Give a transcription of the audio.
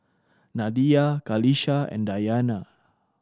Nadia Qalisha and Dayana